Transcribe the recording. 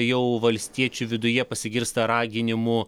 jau valstiečių viduje pasigirsta raginimų